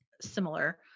similar